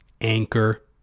Anchor